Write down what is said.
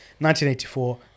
1984